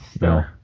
No